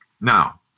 Now